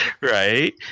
Right